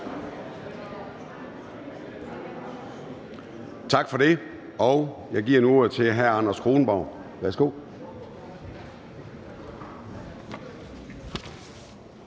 Tak for det. Og jeg giver nu ordet til hr. Anders Kronborg. Værsgo.